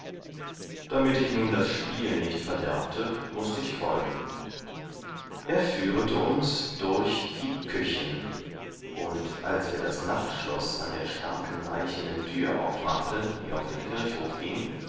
damit ich nun das spiel nicht verderbte mußte ich folgen er führete uns durch die küchen und als er das nachtschloß an der starken eichenen tür aufmachte die auf den kirchhof gieng